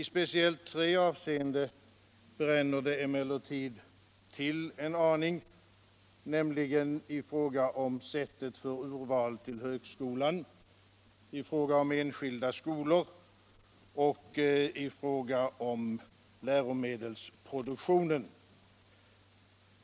I speciellt tre avseenden bränner det emellertid till en aning, nämligen i fråga om sättet för urval till högskolan, i fråga om enskilda skolor 167 och i fråga om läromedelsproduktionen.